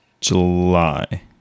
July